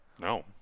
No